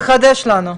תחדש לנו.